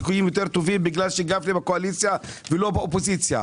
סיכויים יותר טובים כי גפני בקואליציה ולא באופוזיציה.